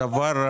הדבר,